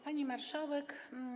Pani Marszałek!